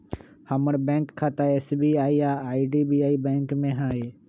हमर बैंक खता एस.बी.आई आऽ आई.डी.बी.आई बैंक में हइ